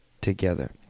together